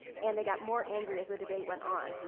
and they got more angry as the debate went on.